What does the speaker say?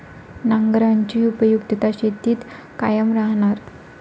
नांगराची उपयुक्तता शेतीत कायम राहणार